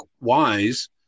Wise